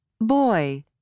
Boy